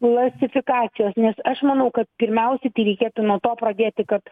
klasifikacijos nes aš manau kad pirmiausiai tai reikėtų nuo to pradėti kad